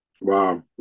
Wow